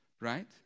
right